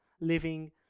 living